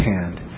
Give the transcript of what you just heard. hand